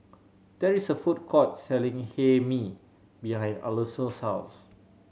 there is a food court selling Hae Mee behind Alonso's house